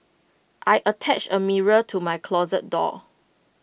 I attached A mirror to my closet door